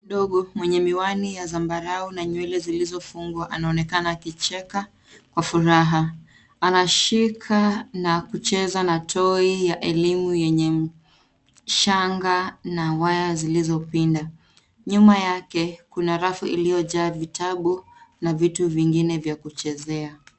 Dogo mwenye miwani ya zambarau na nywele zilizofungwa anaonekana akicheka kwa furaha. Anashika na kucheza na toy ya elimu yenye shanga na waya zilizopinda. Nyuma yake kuna rafu iliyojaa vitabu na vitu vingine vya kuchezea.